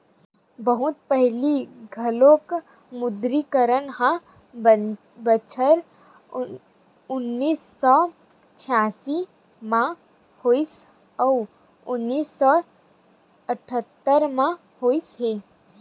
बहुत पहिली घलोक विमुद्रीकरन ह बछर उन्नीस सौ छियालिस म होइस अउ उन्नीस सौ अठत्तर म होइस हे